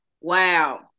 wow